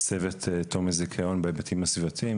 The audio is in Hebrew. צוות תום הזיכיון בהיבטים הסביבתיים.